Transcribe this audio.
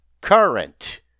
current